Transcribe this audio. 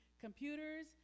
computers